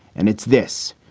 and it's this.